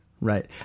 Right